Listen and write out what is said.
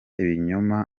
ibinyoma